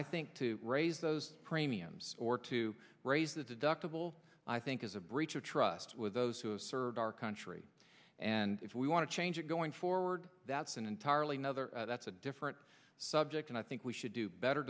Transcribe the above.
i think to raise those premiums or to raise the deductible i think is a breach of trust with those who have served our country and if we want to change it going forward that's an entirely nother that's a different subject and i think we should do better